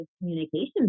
communication